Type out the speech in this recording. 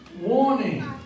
Warning